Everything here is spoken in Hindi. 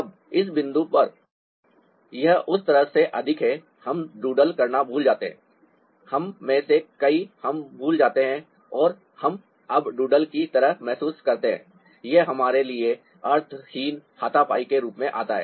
अब इस बिंदु पर यह उस तरह से अधिक है हम डूडल करना भूल जाते हैं हम में से कई हम भूल जाते हैं और हम अब डूडलिंग की तरह महसूस नहीं करते हैं यह हमारे लिए अर्थहीन हाथापाई के रूप में आता है